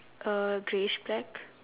uh greyish black